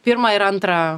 pirmą ir antrą